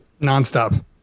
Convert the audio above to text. Nonstop